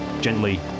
gently